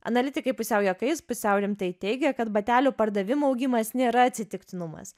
analitikai pusiau juokais pusiau rimtai teigia kad batelių pardavimų augimas nėra atsitiktinumas